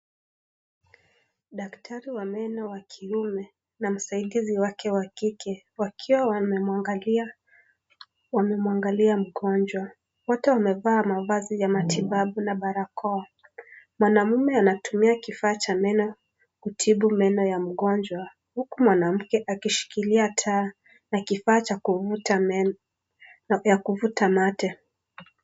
Daktari wa meno wa kiume na msaidizi wake wa kike wakiwa wamemuangalia mgonjwa, wote wamevaa mavazi ya batibabu na barakoa, mwanaume anatumia kifaa cha meno kutibu meno ya mgonjwa huku mwanamke akishikilia taa na kifaa cha kuvuta meno ya kuvuta mate.